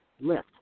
lift